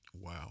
Wow